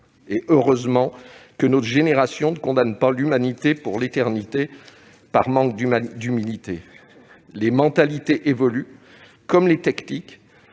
Heureusement que notre génération ne condamne pas l'humanité pour l'éternité par manque d'humilité. Les mentalités évoluent, comme les techniques.